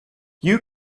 you